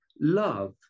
love